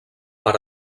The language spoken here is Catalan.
per